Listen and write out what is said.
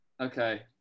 Okay